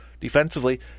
defensively